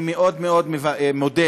אני מאוד מאוד מודה,